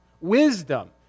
wisdom